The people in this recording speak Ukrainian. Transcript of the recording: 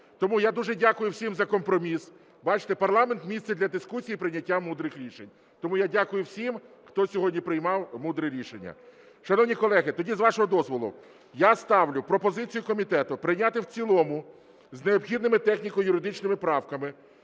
Тому я дуже дякую всім за компроміс, бачте, парламент – місце для дискусії, прийняття мудрих рішень. Тому я дякую всім, хто сьогодні приймав мудрі рішення. Шановні колеги, тоді, з вашого дозволу, я ставлю пропозицію комітету прийняти в цілому з необхідними техніко-юридичними правками